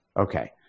Okay